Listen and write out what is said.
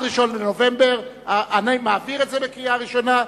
אני מעביר את זה בקריאה ראשונה.